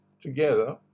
together